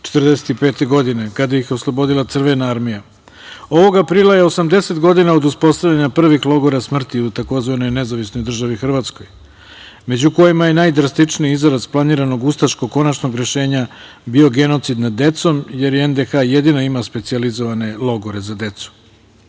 1945. godine, kada ih je oslobodila Crvena armija. Ovog aprila je 80 godina od uspostavljanja prvih logora smrti u tzv. NDH, među kojima je najdrastičniji izraz planiranog ustaškog konačnog rešenja bio genocid nad decom jer je NDH jedina imala specijalizovane logore za decu.